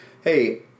hey